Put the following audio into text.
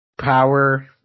Power